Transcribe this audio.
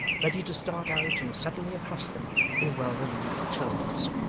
ready to start out and suddenly accost them in well-remembered tones.